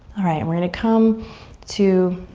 alright, we're gonna come to